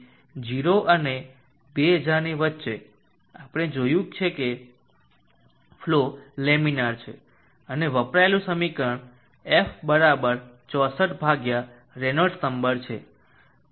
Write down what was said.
તેથી 0 અને 2000 ની વચ્ચે આપણે જોયું છે કે ફલો લેમિનર છે અને વપરાયેલું સમીકરણ f 64 રેનોલ્ડ્સ નંબર છે